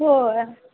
हो